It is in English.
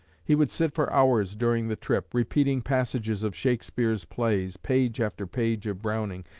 he would sit for hours during the trip, repeating passages of shakespeare's plays, page after page of browning,